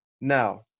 now